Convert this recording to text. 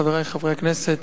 חברי חברי הכנסת,